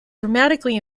dramatically